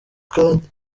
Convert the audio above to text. kandi